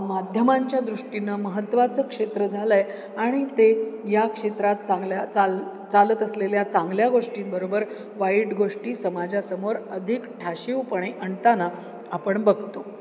माध्यमांच्या दृष्टीनं महत्त्वाचं क्षेत्र झालं आहे आणि ते या क्षेत्रात चांगल्या चाल चालत असलेल्या चांगल्या गोष्टींबरोबर वाईट गोष्टी समाजासमोर अधिक ठाशीवपणे आणताना आपण बघतो